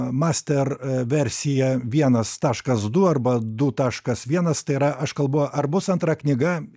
master versija vienas taškas du arba du taškas vienas tai yra aš kalbu ar bus antra knyga